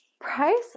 price